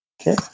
Okay